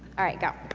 allright, go!